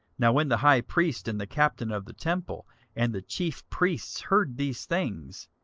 now when the high priest and the captain of the temple and the chief priests heard these things,